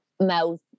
mouth